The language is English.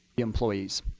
employees.